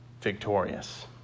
victorious